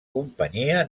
companyia